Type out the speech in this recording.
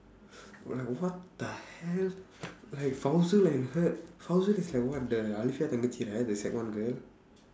like what the hell like and her is like what the than the kid right the sec one girl